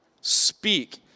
speak